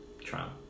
trump